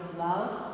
love